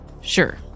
Sure